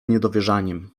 niedowierzaniem